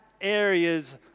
areas